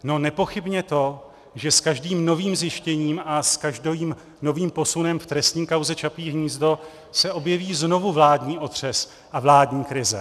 No, nepochybně to, že s každým novým zjištěním a s každým novým posunem v trestní kauze Čapí hnízdo se objeví znovu vládní otřes a vládní krize.